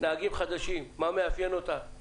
לנהגים החדשים, מה מאפיין אותם.